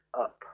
up